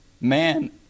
man